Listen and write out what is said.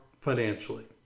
financially